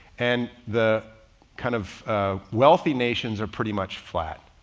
and the kind of wealthy nations are pretty much flat.